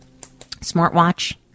smartwatch